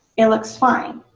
it looks fine.